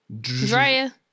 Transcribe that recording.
drea